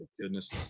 goodness